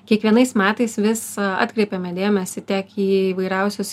kiekvienais metais vis atkreipiame dėmesį tiek į įvairiausius